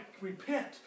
repent